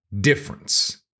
difference